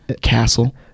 castle